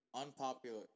Unpopular